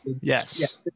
yes